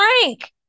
frank